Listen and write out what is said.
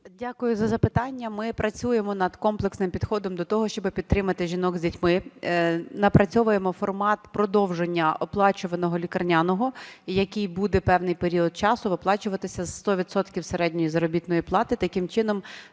Дякую за запитання. Ми працюємо над комплексним підходом до того, щоб підтримати жінок з дітьми, напрацьовуємо формат продовження оплачуваного лікарняного, який буде певний період часу виплачуватися зі 100 відсотків середньої заробітної плати.